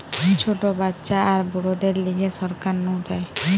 ছোট বাচ্চা আর বুড়োদের লিগে সরকার নু দেয়